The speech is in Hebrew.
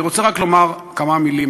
אני רוצה רק לומר כמה מילים,